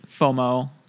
FOMO